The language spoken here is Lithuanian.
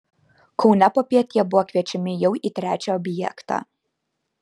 kaune popiet jie buvo kviečiami jau į trečią objektą